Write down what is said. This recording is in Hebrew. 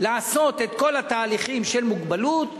לעשות את כל התהליכים לגבי מוגבלות,